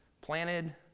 planted